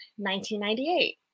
1998